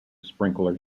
sprinkler